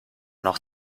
noch